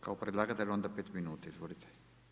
Kao predlagatelj onda pet minuta, izvolite.